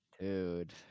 Dude